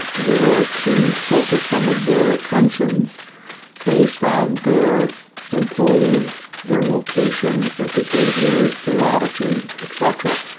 where to focus some of their attentions based on their employees, their locations, their behaviors, their attitudes, etc.